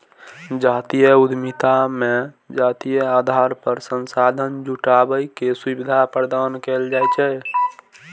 जातीय उद्यमिता मे जातीय आधार पर संसाधन जुटाबै के सुविधा प्रदान कैल जाइ छै